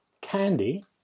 Candy